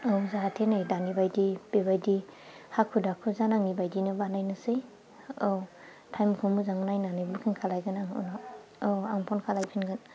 औ जाहाथे नै दानि बायदि बेबायदि हाखु दाखु जानाङै बायदिनो बानायनोसै औ थाइमखौ मोजां नायनानै बुकिं खालामगोन आं औ आं फन खालामफिनगोन